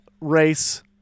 race